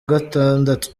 gatandatu